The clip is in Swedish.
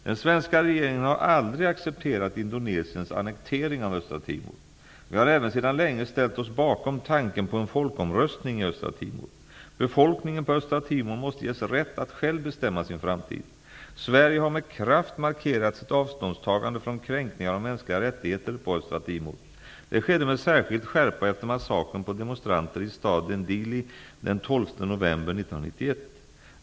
Den svenska regeringen har aldrig accepterat Indonesiens annektering av Östra Timor. Vi har även sedan länge ställt oss bakom tanken på en folkomröstning i Östra Timor. Befolkningen på Östra Timor måste ges rätt att själv bestämma sin framtid. Sverige har med kraft markerat sitt avståndstagande från kränkningar av mänskliga rättigheter på Östra Timor. Det skedde med särskild skärpa efter massakern på demonstranter i staden Dili den 12 november 1991.